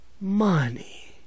money